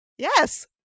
Yes